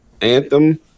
Anthem